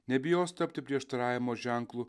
nebijos tapti prieštaravimo ženklu